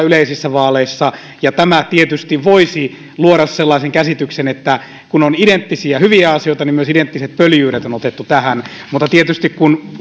yleisissä vaaleissa ja tämä tietysti voisi luoda sellaisen käsityksen että kun on identtisiä hyviä asioita niin myös identtiset pöljyydet on otettu tähän mutta tietysti kun